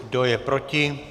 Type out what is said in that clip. Kdo je proti?